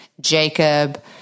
Jacob